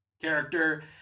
character